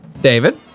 David